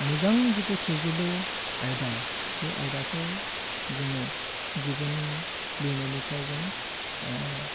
मोजां जिथु सोरजिलु आयदा बे आयदाखौ जोङो गुबुन लिरनायनिफ्राय जों